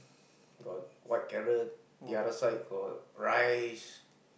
got white carrot the other side got rice